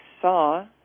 saw